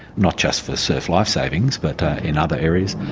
not just for surf life savings but in other areas.